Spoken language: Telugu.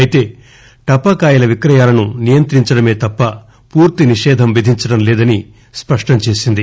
అయితే టపాకాయల విక్రయాలను నియంత్రించడమే తప్ప పూర్తి నిషేధం విధించడం లేదని స్పష్టంచేసింది